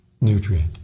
nutrient